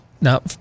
Now